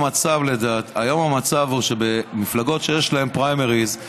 היום המצב הוא שבמפלגות שיש בהן פריימריז,